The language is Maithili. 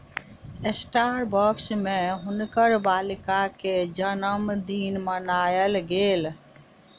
स्टारबक्स में हुनकर बालिका के जनमदिन मनायल गेल